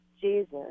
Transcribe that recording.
Jesus